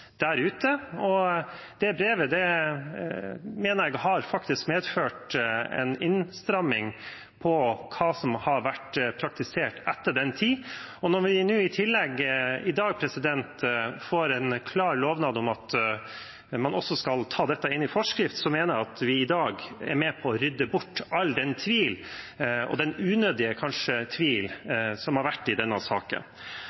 der ute, og det brevet mener jeg faktisk har medført en innstramming av hva som har vært praktisert etter den tid. Når vi i tillegg i dag får en klar lovnad om at man også skal ta dette inn i forskrift, mener jeg at vi i dag er med på å rydde bort all den tvil – kanskje den unødige tvil